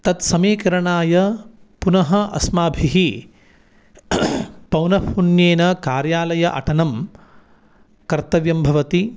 तत् समीकरणाय पुनः अस्माभिः पौनःपुन्येन कार्यालयाटनं कर्तव्यं भवति